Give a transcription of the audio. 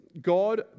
God